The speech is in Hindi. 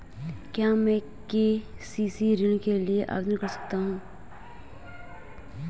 क्या मैं के.सी.सी ऋण के लिए आवेदन कर सकता हूँ?